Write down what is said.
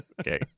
okay